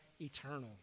eternal